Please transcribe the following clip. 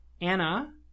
Anna